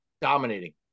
Dominating